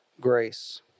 grace